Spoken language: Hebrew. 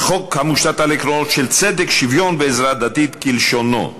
חוק המושתת על צדק, שוויון ועזרה הדדית, כלשונו.